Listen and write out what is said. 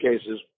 cases